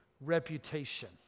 reputation